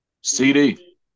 CD